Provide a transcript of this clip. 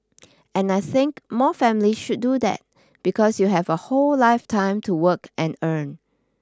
and I think more families should do that because you have a whole lifetime to work and earn